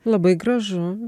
labai gražu